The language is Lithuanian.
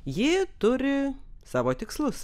ji turi savo tikslus